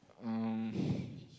um